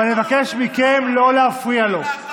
ואני מבקש מכם לא להפריע לו.